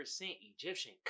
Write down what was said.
Egyptian